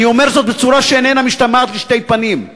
אני אומר זאת בצורה שאיננה משתמעת לשתי פנים,